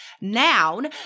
noun